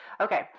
Okay